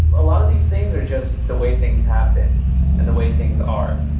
a lot of these things are just the way things happen and the way things are.